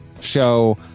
show